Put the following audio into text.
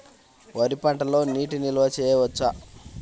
వరి పంటలో నీటి నిల్వ చేయవచ్చా?